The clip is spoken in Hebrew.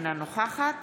אינה נוכחת